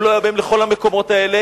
הם לא היו באים לכל המקומות האלה,